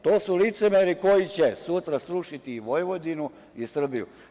To su licemeri koji će, sutra srušiti i Vojvodinu i Srbiju.